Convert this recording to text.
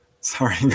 Sorry